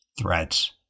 Threats